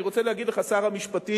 אני רוצה להגיד לך, שר המשפטים: